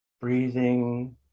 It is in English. Breathing